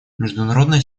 международная